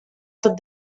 tot